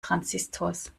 transistors